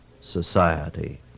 society